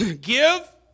Give